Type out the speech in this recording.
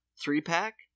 three-pack